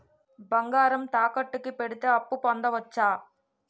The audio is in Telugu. బంగారం తాకట్టు కి పెడితే అప్పు పొందవచ్చ?